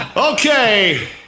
Okay